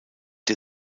der